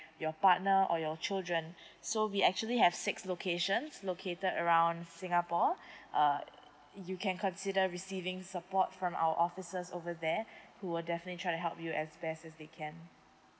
your partner or your children so we actually have six locations located around singapore err you can consider receiving support from our officers over there who will definitely try to help you as best as they can